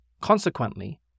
Consequently